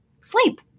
sleep